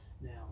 Now